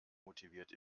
motiviert